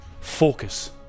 focus